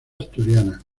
asturiana